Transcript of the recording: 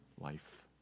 Life